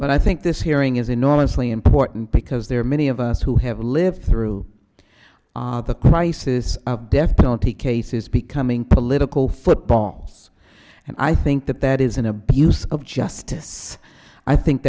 but i think this hearing is enormously important because there are many of us who have lived through our the crisis of death penalty cases becoming political football and i think that that is an abuse of justice i think